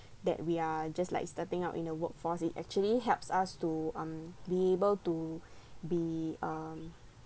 that we are just like starting out in the workforce it actually helps us to um be able to be um